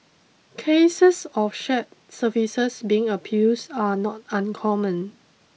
cases of shared services being abused are not uncommon